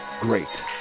great